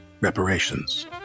reparations